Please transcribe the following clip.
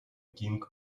king